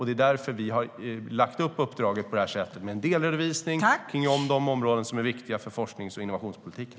Det är därför vi har lagt upp uppdraget med en delredovisning om de områden som är viktiga för forsknings och innovationspolitiken.